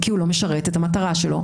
כי הוא לא משרת את המטרה שלו.